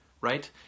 right